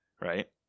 right